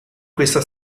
questa